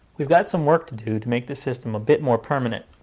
we've got some work to do to make this system bit more permanent,